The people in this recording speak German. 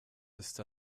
ist